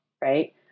right